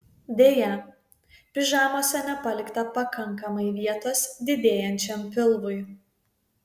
deja pižamose nepalikta pakankamai vietos didėjančiam pilvui